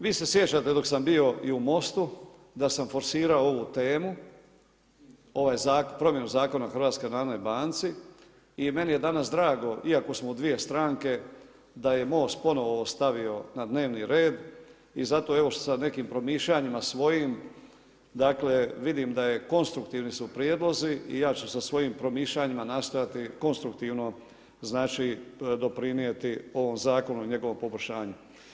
Vi se sjećate dok sam bio i u Mostu da sam forsirao ovu temu promjenu Zakona o Hrvatskoj narodnoj banci i meni je danas drago iako smo u dvije stranke da je Most ponovno stavio na dnevni red i zato evo sa nekim promišljanjima svojim dakle vidim da konstruktivni su prijedlozi i ja ću sa svojim promišljanjima nastojati konstruktivno doprinijeti ovom zakonu i njegovom poboljšanju.